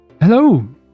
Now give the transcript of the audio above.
Hello